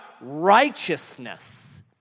righteousness